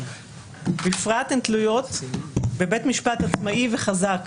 בפרט הן תלויות בבית משפט עצמאי וחזק,